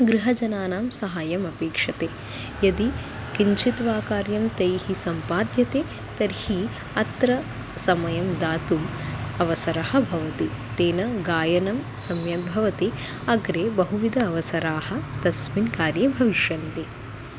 गृहजनानां सहायमपेक्ष्यते यदि किञ्चित् वा कार्यं तैः सम्पाद्यते तर्हि अत्र समयं दातुम् अवसरः भवति तेन गायनं सम्यक् भवति अग्रे बहुविध अवसराः तस्मिन् कार्ये भविष्यन्ति